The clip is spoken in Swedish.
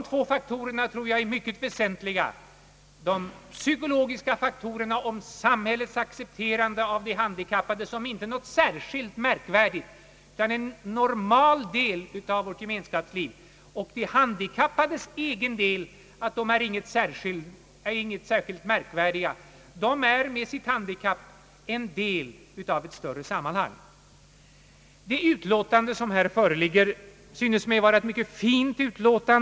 Jag tror att de två psykologiska faktorerna är mycket väsentliga: Samhällets accepterande av de handikappade som någonting inte särskilt märkvärdigt, som en normal del av vårt gemenskapsliv, och de handikappades egen inställning att de inte är särskilt märkvärdiga, utan med sitt handikapp är en del av ett större sammanhang. Det föreliggande utlåtandet synes mig vara mycket fint.